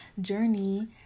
journey